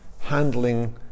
handling